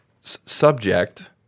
subject